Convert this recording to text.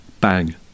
bang